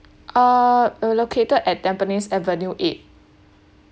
uh uh located at tampines avenue eight